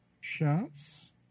shots